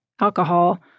alcohol